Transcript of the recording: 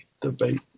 debate